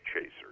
chaser